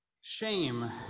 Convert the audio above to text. Shame